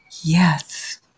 Yes